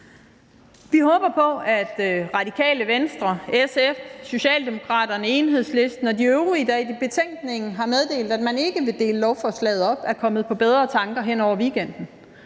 Vi håber på, at Radikale Venstre, SF, Socialdemokraterne, Enhedslisten og de øvrige, der i betænkningen har meddelt, at man ikke vil dele lovforslaget op, er kommet på bedre tanker hen over weekenden.